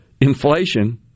inflation